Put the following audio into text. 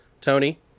Tony